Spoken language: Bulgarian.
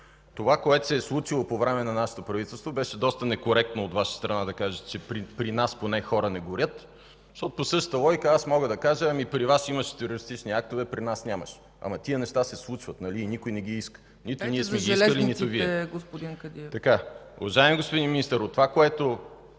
Това, което се е случило по време на нашето правителство, беше доста некоректно от Ваша страна да кажете, че „при нас поне хора не горят”, защото по същата логика аз мога да кажа – при Вас имаше терористични актове, при нас нямаше. Ама тези неща се случват, нали, и никой не ги иска? Нито ние сме ги искали, нито Вие. ПРЕДСЕДАТЕЛ ЦЕЦКА ЦАЧЕВА: Беше